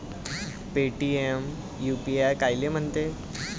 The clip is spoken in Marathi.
पेटीएम यू.पी.आय कायले म्हनते?